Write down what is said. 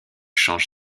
change